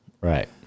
Right